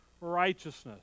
righteousness